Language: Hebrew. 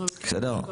בסדר?